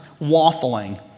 waffling